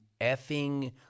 effing